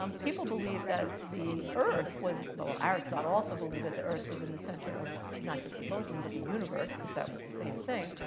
um people believed that the earth was but well, aristotle also believe that the earth was in the center of not just the solar system, but the universe because that was the same thing.